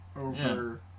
Over